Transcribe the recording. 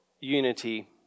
unity